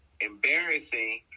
embarrassing